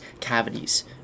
cavities